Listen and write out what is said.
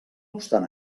obstant